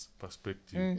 perspective